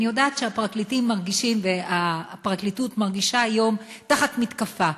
אני יודעת שהפרקליטים מרגישים והפרקליטות מרגישה היום תחת מתקפה,